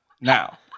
Now